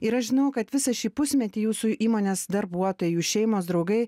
ir aš žinau kad visą šį pusmetį jūsų įmonės darbuotojai jų šeimos draugai